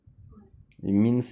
what